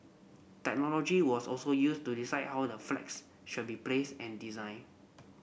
technology was also used to decide how the flats should be placed and designed